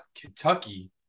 Kentucky